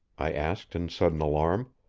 i asked in sudden alarm.